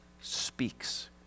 speaks